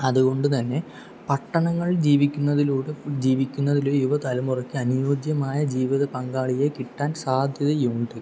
അതുകൊണ്ടുതന്നെ പട്ടണങ്ങളിൽ ജീവിക്കുന്നതിലൂടെ ജീവിക്കുന്ന യുവതലമുറക്ക് അനുയോജ്യമായ ജീവിത പങ്കാളിയെ കിട്ടാൻ സാധ്യതയുണ്ട്